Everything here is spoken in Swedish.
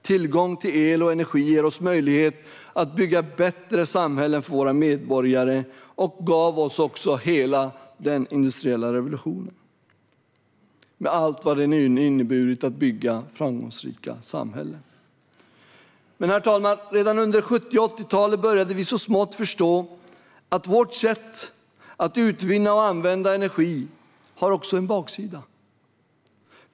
Tillgång till el och energi ger oss möjlighet att bygga bättre samhällen för våra medborgare och gav oss också hela den industriella revolutionen, med allt vad den inneburit när det har gällt att bygga framgångsrika samhällen. Herr talman! Redan under 1970 och 1980-talen började vi så smått förstå att vårt sätt att utvinna och använda energi också har en baksida.